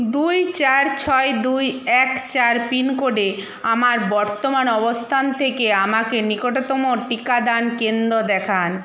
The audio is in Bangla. দুই চার ছয় দুই এক চার পিনকোডে আমার বর্তমান অবস্থান থেকে আমাকে নিকটতম টিকাদান কেন্দ্র দেখান